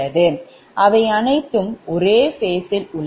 அவை அனைத்தும் ஒரே phaseல் உள்ளன